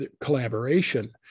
collaboration